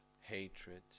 hatred